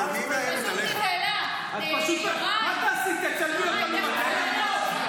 מה תעשי, תצלמי אותנו בפלאפון?